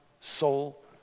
soul